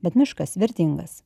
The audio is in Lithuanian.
bet miškas vertingas